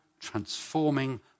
transforming